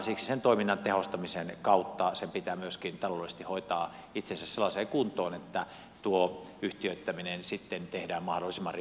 siksi sen toiminnan tehostamisen kautta sen pitää myöskin taloudellisesti hoitaa itsensä sellaiseen kuntoon että tuo yhtiöittäminen tehdään sitten mahdollisimman ripeällä aikataululla